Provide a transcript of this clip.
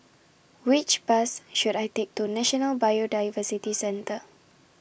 Which Bus should I Take to National Biodiversity Centre